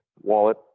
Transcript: wallet